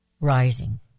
rising